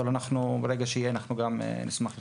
אבל ברגע שיהיה אנחנו גם נשמח לשתף.